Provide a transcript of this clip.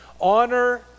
honor